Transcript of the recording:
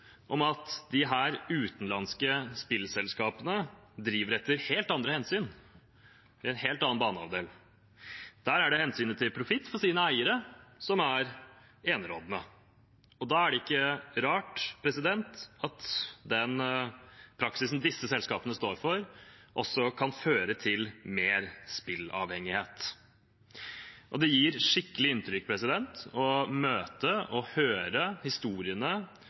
om at de utenlandske spilleselskapene driver etter helt andre hensyn, en helt annen modell, der hensynet til profitt for eierne er enerådende, og da er det ikke rart at den praksisen disse selskapene står for, også kan føre til mer spilleavhengighet. Det gjør skikkelig inntrykk å møte og høre historiene